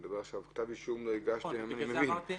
כתב אישום לא הגשתם, אני מבין.